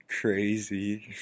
Crazy